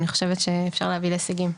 אני חושבת שאפשר להגיע להישגים.